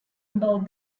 about